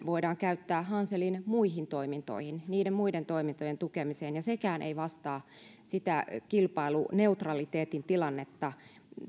voidaan käyttää hanselin muihin toimintoihin niiden muiden toimintojen tukemiseen ja sekään ei vastaa kilpailuneutraliteetin tilannetta